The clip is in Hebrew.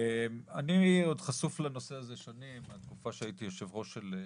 אני עוד חשוף לנושא הזה שנים מהתקופה שהייתי יושב-ראש של בזכות.